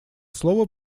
слово